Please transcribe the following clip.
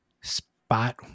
spot